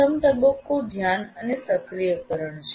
પ્રથમ તબક્કો ધ્યાન અને સક્રિયકરણ છે